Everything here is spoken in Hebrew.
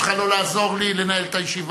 אני מבקש ממך לא לעזור לי לנהל את הישיבה.